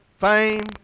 Fame